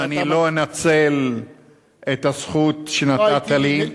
אני לא אנצל את הזכות שנתת לי,